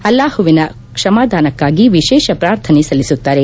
ಅಲ್ಲಾಹುವಿನ ಕ್ಷಮಾಧಾನಕ್ಕಾಗಿ ವಿಶೇಷ ಪ್ರಾರ್ಥನೆ ಸಲ್ಲಿಸುತ್ತಾರೆ